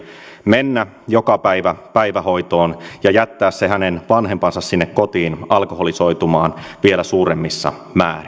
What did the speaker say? mennä joka päivä päivähoitoon ja jättää se hänen vanhempansa sinne kotiin alkoholisoitumaan vielä suuremmissa määrin